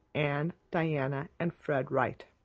anne, diana, and fred wright.